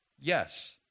Yes